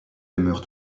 demeure